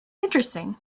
interesting